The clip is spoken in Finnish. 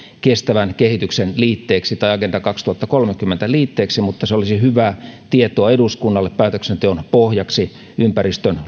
kestävän kehityksen liitteeksi tai agenda kaksituhattakolmekymmentä liitteeksi mutta se olisi hyvää tietoa eduskunnalle päätöksenteon pohjaksi ympäristön